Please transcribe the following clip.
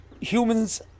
humans